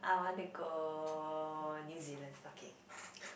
I want to go New-Zealand okay